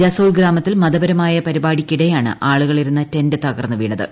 ജസോൾ ഗ്രാമത്തിൽ മതപരമായ പരിപാടിയ്ക്കിടെയാണ് ആളുകളി രുന്ന ടെന്റ് തകർന്നു വീണത്